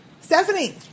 Stephanie